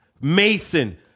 Mason